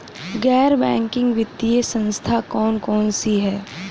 गैर बैंकिंग वित्तीय संस्था कौन कौन सी हैं?